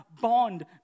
bond